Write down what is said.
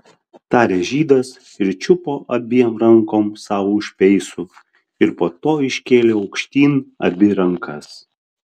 tarė žydas ir čiupo abiem rankom sau už peisų ir po to iškėlė aukštyn abi rankas